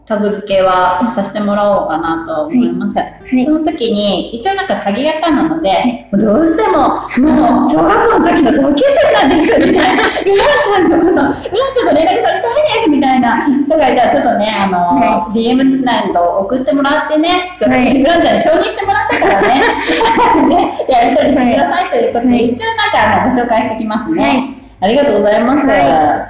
タグ付けはさせてもらおうかなと思います。はい。はい。その時に、一応なんか鍵垢なので、はい。どうしても、もう、まあ、小学校の時の同級生なんですみたいな。 ミラちゃんのこと、ミラちゃんと連絡取りたいですみたいな人はい。がいたらちょっとね、あの、はい。DMなんかを送ってもらってね、はい。ミラちゃんに承認してもらったからね。はい。 ね、やり取りしてくださいということで、はい。はい。一応なんかあの、ご紹介してきますね。はい。ありがとうございます。はい。